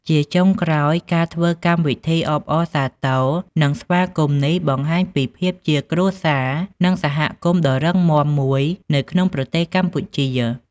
ជាចុងក្រោយ ការធ្វើកម្មវិធីអបអរសាទរ និងស្វាគមន៍នេះបង្ហាញពីភាពជាគ្រួសារ និងសហគមន៏ដ៏រឹងមាំមួយនៅក្នុងប្រទេសកម្ពុជា។